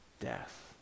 death